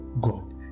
God